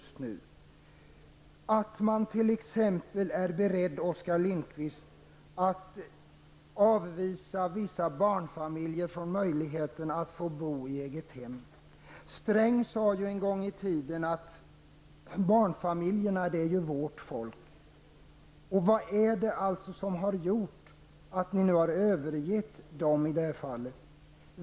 Så t.ex., Oskar Lindkvist, är ni beredda att avvisa vissa barnfamiljer från möjligheten att bo i eget hem. Sträng sade ju en gång i tiden att barnfamiljerna är ''vårt folk''. Vad är det som har gjort att ni har övergett dem i det här fallet?